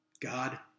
God